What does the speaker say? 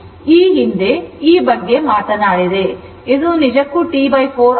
ಈ ಹಿಂದೆ ಈ ಬಗ್ಗೆ ಮಾತನಾಡಿದೆ ಇದು ನಿಜಕ್ಕೂ T 4 ಅಲ್ಲ